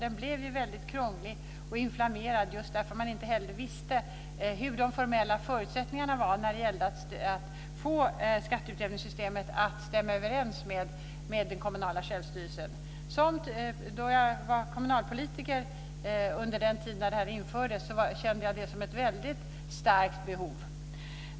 Den blev ju väldigt krånglig och inflammerad just därför att man inte visste hur de formella förutsättningarna var när det gällde att få skatteutjämningssystemet att stämma överens med den kommunala självstyrelsen. När jag var kommunalpolitiker under den tid då det här infördes kände jag det som ett väldigt starkt behov.